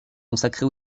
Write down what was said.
consacrée